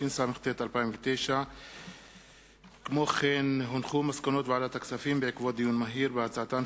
התשס"ט 2009. מסקנות ועדת הכספים בעקבות דיון מהיר בנושא: